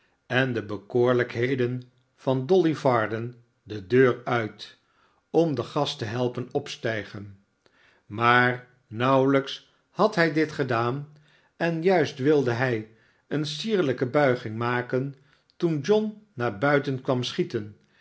en de bekoorlijkheden van dolly varden de deur uit om den gast te helpen opstijgen maar nauwelijks had hij dit gedaan en juist wilde hij eene sierlijke buiging maken toen john naar buiten kwam schieten